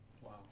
Wow